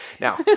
Now